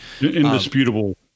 Indisputable